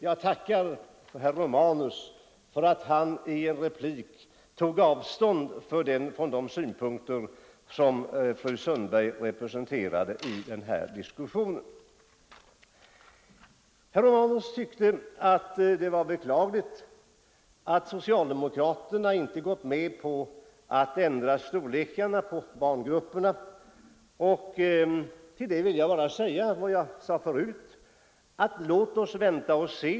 Jag tackar herr Romanus för att han i en replik tog avstånd från de synpunkter som fru Sundberg representerade i denna diskussion. Herr Romanus tyckte att det var beklagligt att socialdemokraterna inte gått med på att ändra storlekarna på barngrupper. Till det vill jag bara upprepa vad jag sade förut: Låt oss vänta och se.